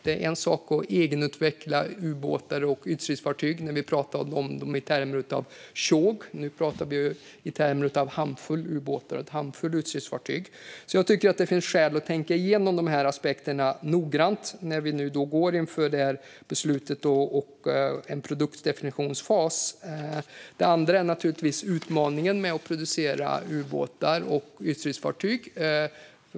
Det är en sak att egentutveckla ubåtar och ytstridsfartyg när vi pratar om dem i termer av tjog, men nu pratar vi i termer av en handfull ubåtar och ytstridsfartyg. Jag tycker därför att det finns skäl att tänka igenom de här aspekterna noggrant när vi nu står inför det här beslutet och en produktdefinitionsfas. Det andra är naturligtvis den utmaning det innebär att producera ubåtar och ytstridsfartyg.